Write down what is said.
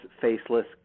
faceless